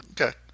Okay